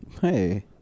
Hey